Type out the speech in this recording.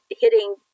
hitting